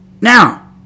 Now